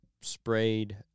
sprayed